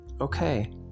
Okay